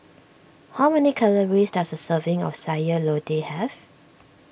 how many calories does a serving of Sayur Lodeh have